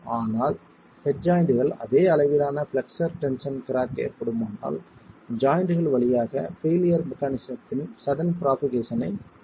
ஆனால் ஹெட் ஜாய்ண்ட்கள் அதே அளவிலான பிளெக்ஸ்ஸர் டென்ஷன் கிராக் ஏற்படுமானால் ஜாய்ண்ட்கள் வழியாக பெயிலியர் மெக்கானிசத்தின் சடன் ப்ரோபகேசன் ஐப் பெறுவீர்கள்